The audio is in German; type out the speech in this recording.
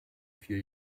vier